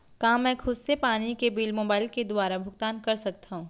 का मैं खुद से पानी के बिल मोबाईल के दुवारा भुगतान कर सकथव?